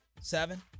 seven